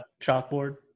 Chalkboard